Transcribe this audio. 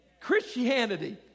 Christianity